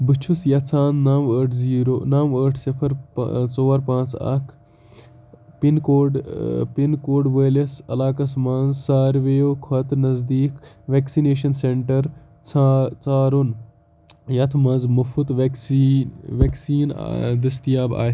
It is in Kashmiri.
بہٕ چھُس یژھان نَو ٲٹھ زیٖرو نَو ٲٹھ صِفر ژور پانٛژھ اکھ پِن کوڈ پِن کوڈ وٲلِس علاقس مَنٛز ساروِیو کھۄتہٕ نزدیٖک ویکسِنیشن سینٹر ژھا ژھارُن یتھ مَنٛز مُفٕط ویکسیٖن ویکسیٖن دٔستیاب آ